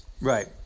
Right